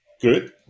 Good